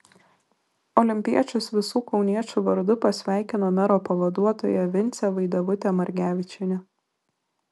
olimpiečius visų kauniečių vardu pasveikino mero pavaduotoja vincė vaidevutė margevičienė